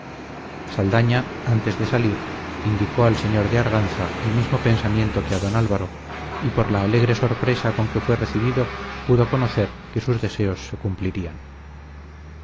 saldaña antes de salir indicó al señor de arganza el mismo pensamiento que a don álvaro y por la alegre sorpresa con que fue recibido pudo conocer que sus deseos se cumplirían